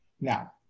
now